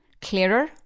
clearer